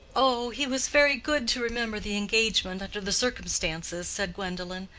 oh, he was very good to remember the engagement under the circumstances, said gwendolen.